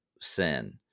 sin